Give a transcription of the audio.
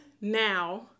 now